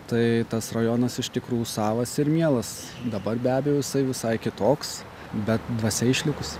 tai tas rajonas iš tikrųjų savas ir mielas dabar be abejo jisai visai kitoks bet dvasia išlikus